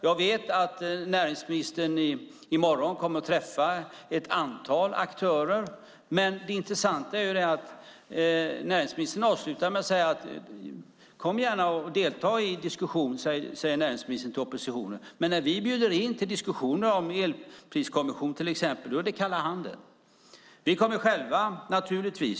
Jag vet att näringsministern kommer att träffa ett antal aktörer i morgon. Men det intressanta är att näringsministern avslutar med att säga: Kom gärna och delta i diskussionen! Det säger näringsministern till oppositionen. Men när vi bjuder in till diskussioner om en elpriskommission, till exempel, är det kalla handen.